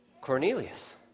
Cornelius